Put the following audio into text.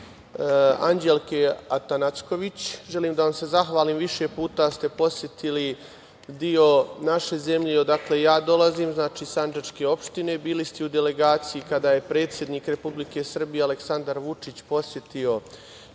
Anđelke Atanacković. Želim da vam se zahvalim jer ste više puta posetili deo naše zemlje odakle ja dolazim, sandžačke opštine, bili ste u delegaciji kada je predsednik Republike Srbije Aleksandar Vučić posetio